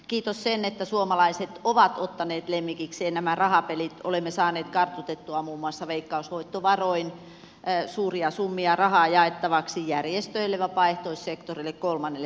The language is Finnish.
kiitos sen että suomalaiset ovat ottaneet lemmikikseen nämä rahapelit olemme saaneet kartutettua muun muassa veikkausvoittovaroin suuria summia rahaa jaettavaksi järjestöille vapaaehtoissektorille kolmannelle sektorille